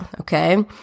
okay